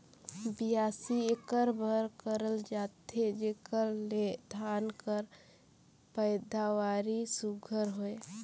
बियासी एकर बर करल जाथे जेकर ले धान कर पएदावारी सुग्घर होए